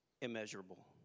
immeasurable